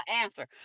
answer